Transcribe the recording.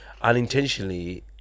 unintentionally